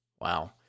Wow